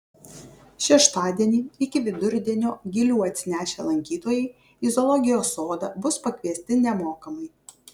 šeštadienį iki vidurdienio gilių atsinešę lankytojai į zoologijos sodą bus pakviesti nemokamai